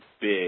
big